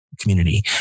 community